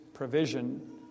provision